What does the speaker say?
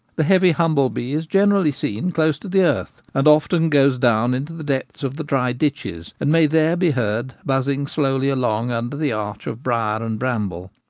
the heavy humble-bee is generally seen close to the earth, and often goes down into the depths of the dry ditches, and may there be heard buzzing slowly along under the arch of briar and bramble.